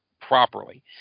properly